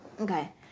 Okay